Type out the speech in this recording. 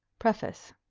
preface